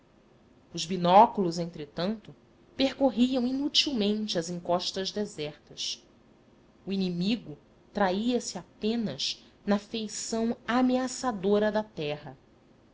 os binóculos entretanto percorriam inutilmente as encostas desertas o inimigo traía se apenas na feição ameaçadora da terra